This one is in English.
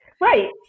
Right